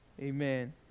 Amen